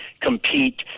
compete